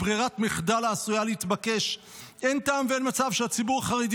היא ברירת מחדל העשויה להתבקש --- אין טעם ואין מצב שהציבור החרדי